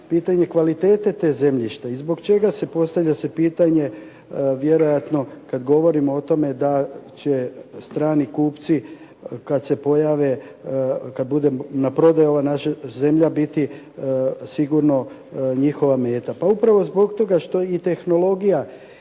pitanje kvalitete tog zemljišta. I zbog čega, postavlja se pitanje vjerojatno kad govorimo o tome da će strani kupci kad se pojave, kad bude na prodaju ova naša zemlja biti sigurno njihova meta. Pa upravo zbog toga što i tehnologija